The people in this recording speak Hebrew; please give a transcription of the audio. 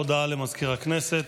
הודעה ליושב-ראש ועדת הכנסת.